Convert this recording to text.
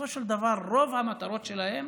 בסופו של דבר רוב המטרות שלהם